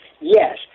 Yes